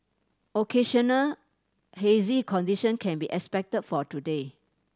occasional hazy condition can be expected for today